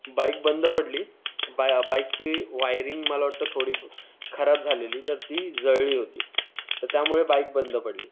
bike बंद पडली बा बाईकची वायरिंग मला वाटतं थोडीफार खराब झालेली तर ती जळली होती तर त्यामुळे बाईक बंद पडली